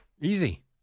Easy